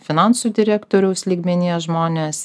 finansų direktoriaus lygmenyje žmonės